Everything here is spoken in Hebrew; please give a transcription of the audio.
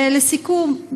ולסיכום,